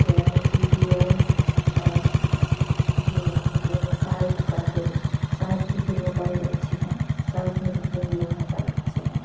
क्या है जी पी एल्स और ये जो है साउथ का फ़िल्म साउथ की फ़िल्में बहुत अच्छी हैं शाउथ में जितने हीरो हैं सब अच्छे हैं